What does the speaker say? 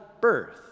birth